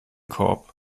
korb